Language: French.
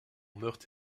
meurthe